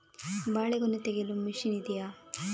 ಬಾಳೆಗೊನೆ ತೆಗೆಯಲು ಮಷೀನ್ ಇದೆಯಾ?